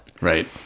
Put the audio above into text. Right